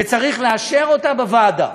וצריך לאשר בוועדה